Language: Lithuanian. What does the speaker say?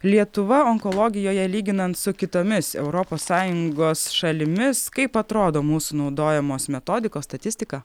lietuva onkologijoje lyginant su kitomis europos sąjungos šalimis kaip atrodo mūsų naudojamos metodikos statistika